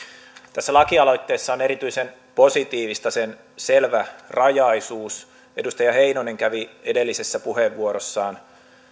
tässä lakialoitteessa on erityisen positiivista sen selvärajaisuus edustaja heinonen kävi edellisessä puheenvuorossaan